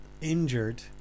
injured